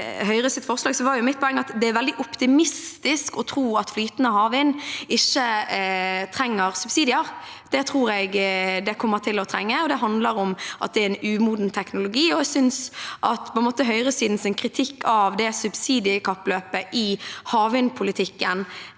Høyres forslag, var mitt poeng at det er veldig optimistisk å tro at flytende havvind ikke trenger subsidier. Det tror jeg det kommer til å trenge, og det handler om at det er en umoden teknologi. Jeg synes høyresidens kritikk av det subsidiekappløpet i havvindpolitikken